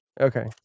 Okay